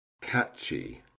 catchy